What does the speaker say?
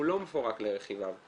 הוא לא מפורק לרכיביו.